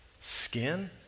skin